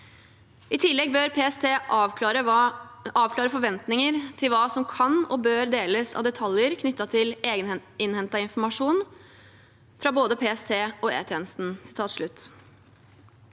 I tillegg bør PST avklare forventninger til hva som kan og bør deles av detaljer knyttet til egeninnhentet informasjon fra både PST og E-tjenesten.»